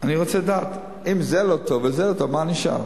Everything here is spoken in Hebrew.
אני רוצה לדעת אם זה לא טוב וזה לא טוב, מה נשאר?